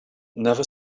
never